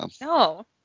No